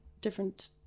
different